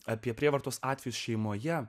apie prievartos atvejus šeimoje